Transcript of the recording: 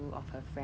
原来